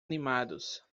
animados